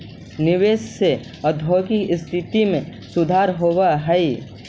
निवेश से औद्योगिक स्थिति में सुधार होवऽ हई